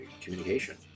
communication